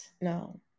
No